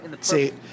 See